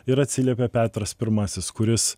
ir atsiliepė petras pirmasis kuris